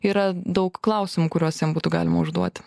yra daug klausimų kuriuos jam būtų galima užduoti